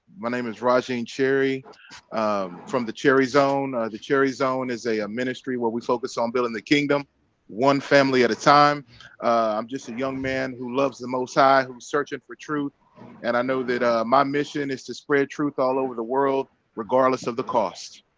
my name is rajee and cherry from the cherry zone the cherry zone is a a ministry where we focus on building the kingdom one family at a time i'm just a young man who loves the most high whom searching for truth and i know that my mission is to spread truth all over the world regardless of the cost